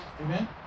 Amen